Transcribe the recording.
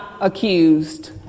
accused